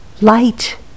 light